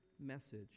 message